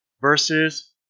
versus